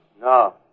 No